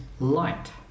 Light